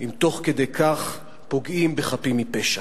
אם תוך כדי כך פוגעים בחפים מפשע.